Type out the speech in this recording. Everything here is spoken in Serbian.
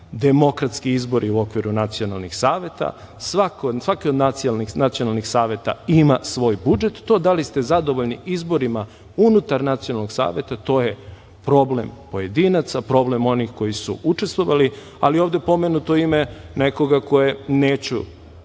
demokratski izbori u okviru nacionalnih saveta. Svaki od nacionalnih saveta ima svoj budžet. To, da li ste zadovoljni izborima unutar nacionalnog saveta, to je problem pojedinaca, problem onih koji su učestvovali, ali je ovde pomenuto ime nekoga koje, neću